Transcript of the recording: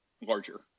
larger